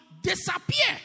disappear